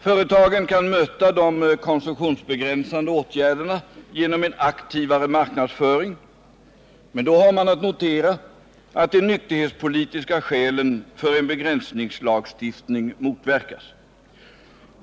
Företagen kan möta de konsurationsbegränsande åtgärderna genom en aktivare marknadsföring, men då har man att notera att de nykterhetspolitiska skälen för en begränsningslagstiftning motverkas.